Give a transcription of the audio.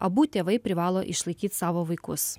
abu tėvai privalo išlaikyt savo vaikus